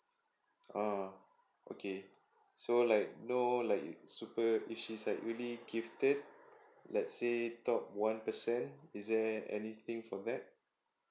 ah okay so like no like super if she's like really gifted let's say top one percent is there anything for that